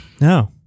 No